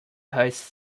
hosts